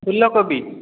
ଫୁଲକୋବି